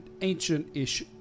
ancient-ish